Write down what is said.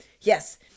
Yes